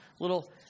little